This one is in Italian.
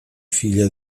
figlia